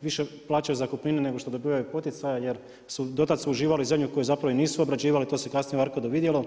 više plaćaju zakupninu, nego što dobivaju poticaja, jer do tada su uživali zemlju, koju zapravo i nisu obrađivali to se kasnije u ARKOD-u i vidjelo.